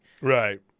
Right